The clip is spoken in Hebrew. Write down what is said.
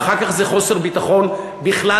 ואחר כך זה חוסר ביטחון בכלל,